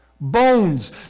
Bones